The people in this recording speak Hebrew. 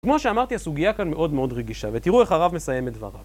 כמו שאמרתי, הסוגיה כאן מאוד מאוד רגישה, ותראו איך הרב מסיים את דבריו.